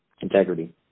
Integrity